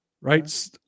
Right